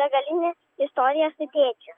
begalinę istoriją su tėčiu